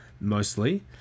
mostly